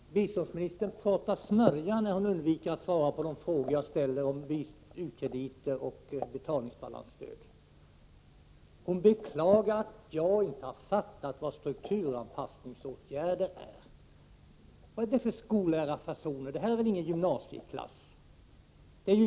Herr talman! Biståndsministern pratar smörja när hon undviker att svara på de frågor jag har ställt om u-krediter och betalningsbalansstöd. Hon beklagar att jag inte har förstått vad strukturanpassningsåtgärder är. Vad är det för skollärarfasoner? Det här är väl ingen gymnasieklass?